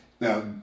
Now